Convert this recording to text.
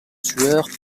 sueur